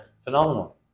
phenomenal